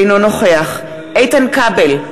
אינו נוכח איתן כבל,